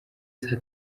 saa